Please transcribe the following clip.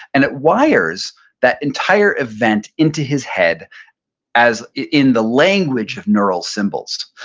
and it wires that entire event into his head as, in the language of neural symbols.